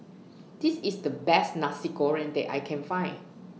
This IS The Best Nasi Goreng that I Can Find